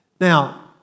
Now